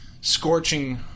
Scorching